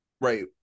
Right